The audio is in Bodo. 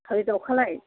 थालिर दावखालाय